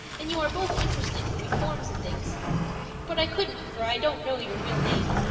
and you are both interested in reforms and things but i couldn't, for i don't know your real name.